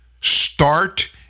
Start